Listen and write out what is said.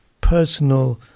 personal